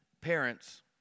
Parents